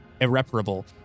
irreparable